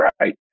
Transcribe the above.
right